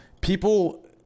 people –